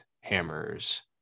hammers